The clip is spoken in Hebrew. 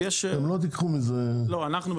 אתם לא תיקחו מזה עמלה?